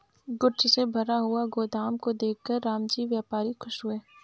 goods से भरा हुआ गोदाम को देखकर रामजी व्यापारी खुश हुए